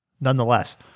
Nonetheless